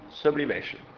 sublimation